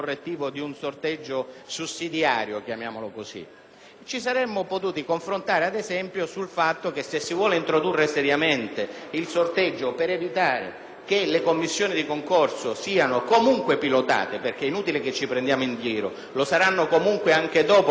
Ci saremmo potuti confrontare, ad esempio, sull'ipotesi di introdurre seriamente il sorteggio per evitare che le commissioni di concorso siano pilotate. Infatti, è inutile che ci prendiamo in giro: lo saranno comunque, anche dopo che approverete questo disegno di legge, e non sarà questa piccola toppa